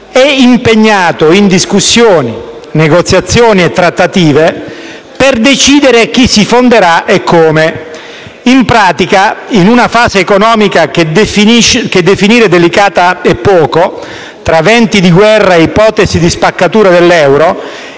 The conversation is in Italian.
è impegnata in discussioni, negoziazioni e trattative per decidere chi si fonderà e come. In pratica, in una fase economica che definire delicata è poco, tra venti di guerra e ipotesi di spaccatura dell'euro,